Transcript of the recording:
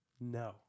No